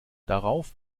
darauf